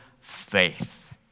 faith